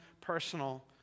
personal